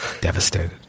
devastated